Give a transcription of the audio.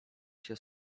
się